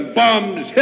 bombs